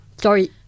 sorry